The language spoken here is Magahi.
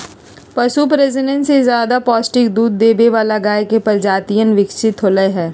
पशु प्रजनन से ज्यादा पौष्टिक दूध देवे वाला गाय के प्रजातियन विकसित होलय है